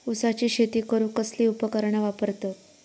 ऊसाची शेती करूक कसली उपकरणा वापरतत?